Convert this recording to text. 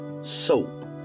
soap